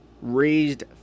Raised